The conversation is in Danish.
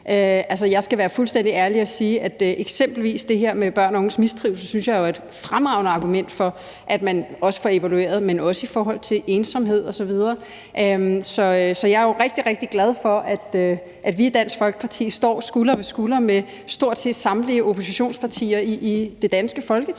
fuldstændig ærlig og sige, at eksempelvis det her med børn og unges mistrivsel synes jeg jo er et fremragende argument for, at man får det evalueret, men også i forhold til ensomhed osv. Så jeg er jo rigtig, rigtig glad for, at vi i Dansk Folkeparti står skulder ved skulder med stort set samtlige oppositionspartier i det danske Folketing